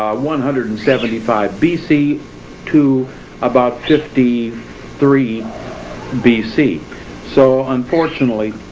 one hundred and seventy five bc to about fifty three bc so unfortunately,